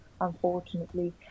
unfortunately